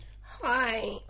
Hi